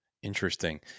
Interesting